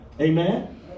Amen